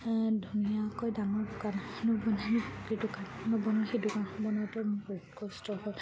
ধুনীয়াকৈ ডাঙৰ দোকান নবনায় এই দোকান নবনাওঁ সেই দোকানখন বনাওঁতেও মোৰ বহুত কষ্ট হ'ল